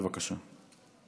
בבקשה.